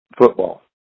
football